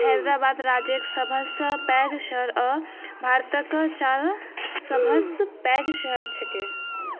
हैदराबाद राज्यक सभसँ पैघ शहर अ भारतक चारि सभसँ पैघ शहर छैक